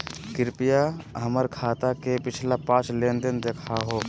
कृपया हमर खाता के पिछला पांच लेनदेन देखाहो